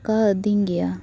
ᱟᱠᱟᱫᱤᱧ ᱜᱮᱭᱟ